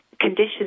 conditions